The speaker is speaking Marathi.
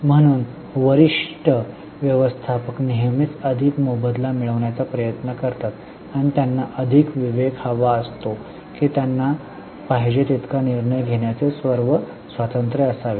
म्हणून वरिष्ठ व्यवस्थापक नेहमीच अधिक मोबदला मिळविण्याचा प्रयत्न करतात आणि त्यांना अधिक विवेक हवा असतो की त्यांना पाहिजे तितका निर्णय घेण्याचे सर्व स्वातंत्र्य असावे